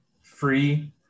free